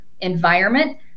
environment